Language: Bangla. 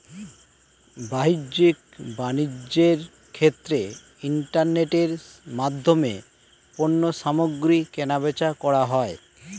বাহ্যিক বাণিজ্যের ক্ষেত্রে ইন্টারনেটের মাধ্যমে পণ্যসামগ্রী কেনাবেচা করা হয়